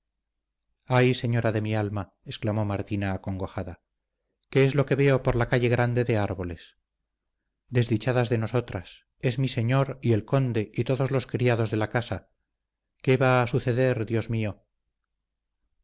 ay señora de mi alma exclamó martina acongojada qué es lo que veo por la calle grande de árboles desdichadas de nosotras es mi señor y el conde y todos los criados de la casa qué va a suceder dios mío